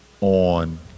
on